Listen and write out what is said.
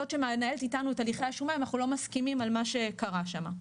שמנהלת איתנו את הליכי השומה אם אנחנו לא מסכימים על מה שקרה שם.